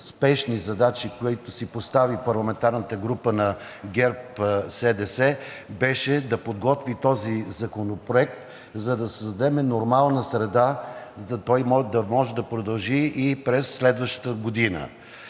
спешни задачи, които си постави парламентарната група на ГЕРБ-СДС, беше да подготви този законопроект, за да създадем нормална среда той да може да продължи и през следващата година.